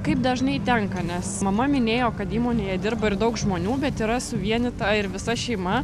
kaip dažnai tenka nes mama minėjo kad įmonėje dirba ir daug žmonių bet yra suvienyta ir visa šeima